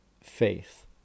faith